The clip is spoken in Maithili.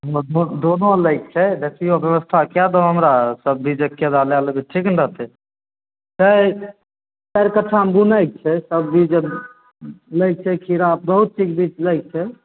दोनो लैके छै देखियौ कैसीओ व्यवस्था कए दऽ हमरा सब बीज एके दा लै लेबै ठीक ने रहतै चारि चारि कट्ठामे बुनयके छै तब भी लैके छै खीरा बहुत चीज बीज लैके छै